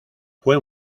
fue